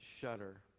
shudder